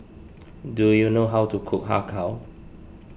do you know how to cook Har Kow